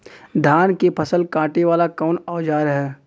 धान के फसल कांटे वाला कवन औजार ह?